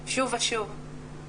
שוב ושוב.